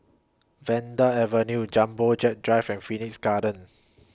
Vanda Avenue Jumbo Jet Drive and Phoenix Garden